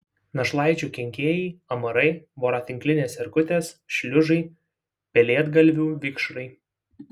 našlaičių kenkėjai amarai voratinklinės erkutės šliužai pelėdgalvių vikšrai